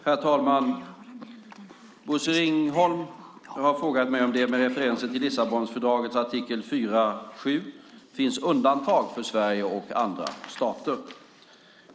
Herr talman! Bosse Ringholm har frågat mig om det, med referenser till Lissabonfördragets artikel 42.7, finns undantag för Sverige och andra stater.